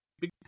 big